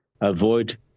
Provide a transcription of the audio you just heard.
avoid